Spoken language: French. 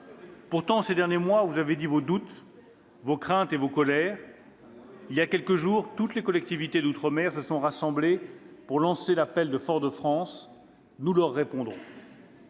Pourtant, ces derniers mois, vous avez exprimé vos doutes, vos craintes et vos colères. « Il y a quelques jours, toutes les collectivités d'outre-mer se sont rassemblées pour lancer l'appel de Fort-de-France. Nous leur répondrons.